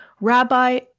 Rabbi